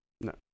no